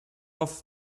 off